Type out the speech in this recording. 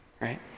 right